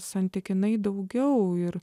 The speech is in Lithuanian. santykinai daugiau ir